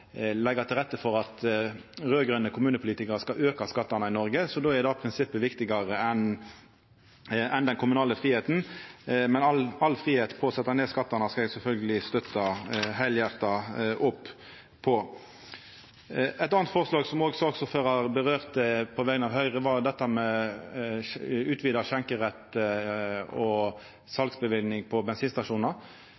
til rette for at raud-grøne kommunepolitikarar skal auka skattane i Noreg. Då er det prinsippet viktigare enn den kommunale fridomen. Men all fridomen til å setja ned skattane skal eg sjølvsagt støtta heilhjarta opp om. Eit anna forslag, som òg saksordføraren kom inn på på vegner av Høgre, var